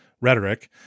rhetoric